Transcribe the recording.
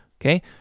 okay